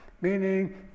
meaning